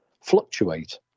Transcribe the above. fluctuate